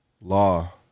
law